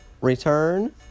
Return